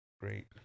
great